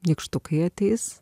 nykštukai ateis